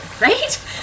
right